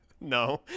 no